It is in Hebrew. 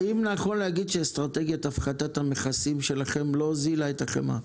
האם נכון להגיד שאסטרטגיית הפחתת המכסים שלכם לא הוזילה את החמאה?